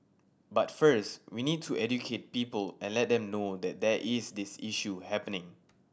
but first we need to educate people and let them know that there is this issue happening